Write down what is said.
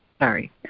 Sorry